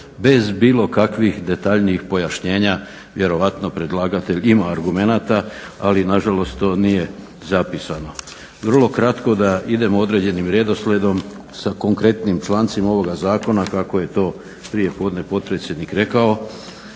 bez bilo kakvih detaljnijih pojašnjenja vjerojatno predlagatelj ima argumenata ali nažalost to nije zapisano. Vrlo kratko da idemo određenim redoslijedom sa konkretnim člancima ovoga zakona kako je to prijepodne potpredsjednik to rekao.